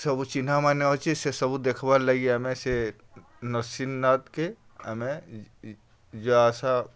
ସବୁ ଚିହ୍ନା ମାନେ ଅଛେ ସେ ସବୁ ଦେଖ୍ବାର୍ ଲାଗି ଆମେ ସେ ନରସିଂହନାଥ୍କେ ଆମେ ଯାଆ ଆସ୍